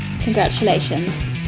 Congratulations